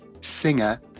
singer